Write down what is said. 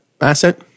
asset